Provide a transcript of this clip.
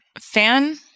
fan